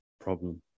problem